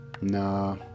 Nah